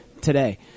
today